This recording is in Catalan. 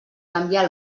canviar